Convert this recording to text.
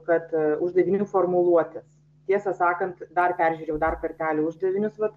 kad uždavinių formuluotės tiesą sakant dar peržiūrėjau dar kartelį uždavinius vat